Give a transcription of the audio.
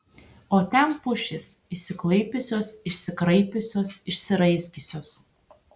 o ten pušys išsiklaipiusios išsikraipiusios išsiraizgiusios